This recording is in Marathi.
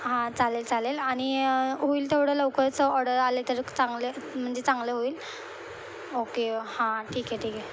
हां चालेल चालेल आणि होईल तेवढं लवकरचं ऑर्डर आले तर चांगले म्हणजे चांगलं होईल ओके हां ठीक आहे ठीक आहे